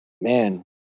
man